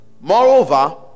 moreover